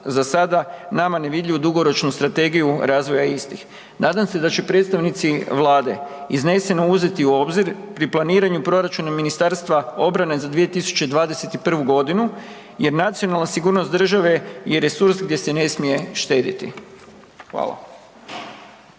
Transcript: za sada, nama nevidljivu dugoročnu strategiju razvoja i istih. Nadam se da će predstavnici Vlade izneseno uzeti u obzir pri planiranju proračuna MORH-a za 2021. g. jer nacionalna sigurnost države i resursi gdje se ne smije štediti. Hvala.